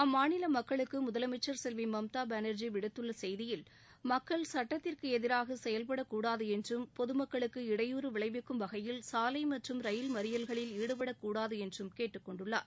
அம்மாநில மக்களுக்கு முதலமைச்சர் செல்வி மம்தா பானர்ஜி விடுத்துள்ள செய்தியில் மக்கள் சட்டத்திற்கு எதிராக செயல்படக் கூடாது என்றும் பொதுமக்களுக்கு இடையூறு விளைவிக்கும் வகையில் சாலை மற்றும் ரயில் மறியல்களில் ஈடுபடக் கூடாது என்றும் கேட்டுக்கொண்டுள்ளார்